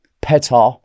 Petar